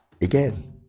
again